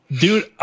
Dude